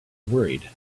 worried